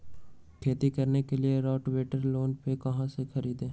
खेती करने के लिए रोटावेटर लोन पर कहाँ से खरीदे?